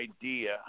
idea